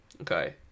okay